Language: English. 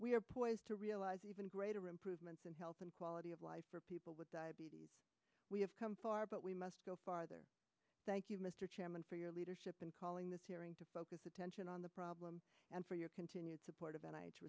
are poised to realize even greater improvements in health and quality of life for people with diabetes we have come far but we must go farther thank you mr chairman for your leadership in calling this hearing to focus attention on the problem and for your continued support of and i tha